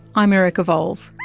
i'm erica vowles.